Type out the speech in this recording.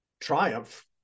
triumph